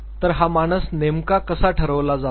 तर हा मानस नेमका कसा ठरवला जातो